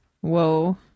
Whoa